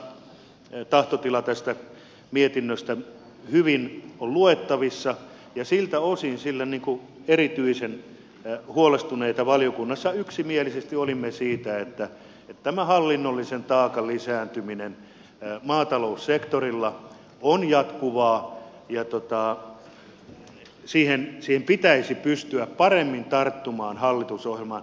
minun mielestäni tämä tahtotila tästä mietinnöstä hyvin on luettavissa ja siltä osin erityisen huolestuneita valiokunnassa yksimielisesti olimme siitä että tämä hallinnollisen taakan lisääntyminen maataloussektorilla on jatkuvaa ja siihen pitäisi pystyä paremmin tarttumaan hallitusohjelman mukaisestikin